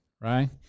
right